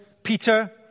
Peter